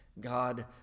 God